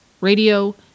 Radio